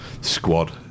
squad